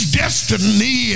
destiny